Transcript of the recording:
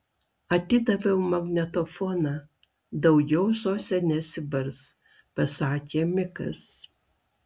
atidaviau magnetofoną daugiau zosė nesibars pasakė mikas